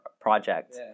project